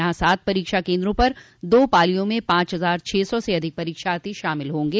यहां सात परीक्षा केन्द्रों पर दो पालियो में पांच हजार छह सौ से अधिक परीक्षार्थी शामिल होंगे